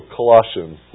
Colossians